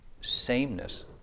sameness